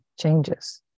changes